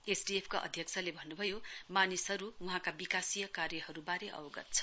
एसडिएफका अध्यक्षले भन्नुभयो मानिसहरू वहाँका विकासीय कार्यहरूबारे अवगत छन्